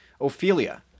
Ophelia